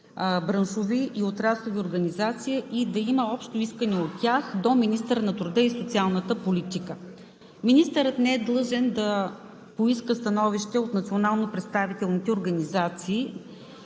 браншови и отраслови организации и да има общо искане от тях до министъра на труда и социалната политика. Министърът не е длъжен да поиска становище от национално представителните организации